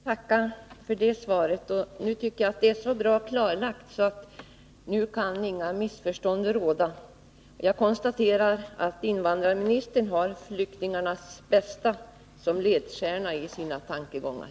Herr talman! Jag tackar för det svaret. Nu tycker jag att det hela är så bra klarlagt att inga missförstånd kan råda. Jag konstaterar att invandrarministern har flyktingarnas bästa som ledstjärna i sina tankegångar.